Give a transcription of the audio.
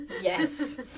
Yes